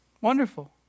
Wonderful